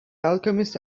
alchemist